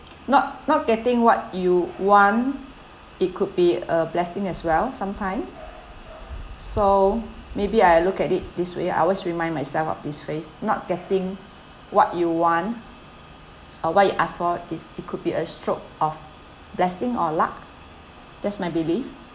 not not getting what you want it could be a blessing as well sometime so maybe I look at it this way I always remind myself of this phrase not getting what you want or what you ask for is it could be a stroke of blessing or luck that's my belief